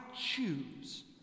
choose